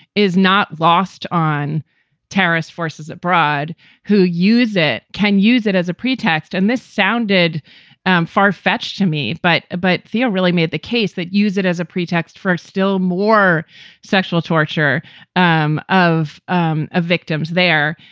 is not lost on terrorist forces abroad who use it can use it as a pretext. and this sounded far fetched to me. but but theo really made the case that use it as a pretext for still more sexual torture um of um ah victims there.